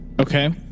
Okay